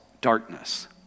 darkness